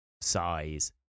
size